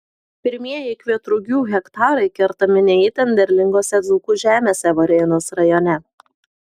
pirmieji kvietrugių hektarai kertami ne itin derlingose dzūkų žemėse varėnos rajone